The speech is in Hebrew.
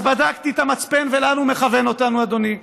אז בדקתי את המצפן ולאן הוא מכוון אותנו, אדוני,